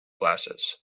glasses